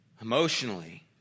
emotionally